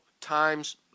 times